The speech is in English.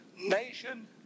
nation